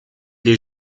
les